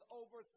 over